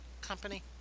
company